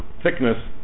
thickness